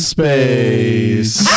Space